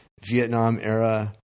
Vietnam-era